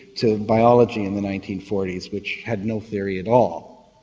to biology in the nineteen forty s which had no theory at all.